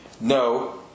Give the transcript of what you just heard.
No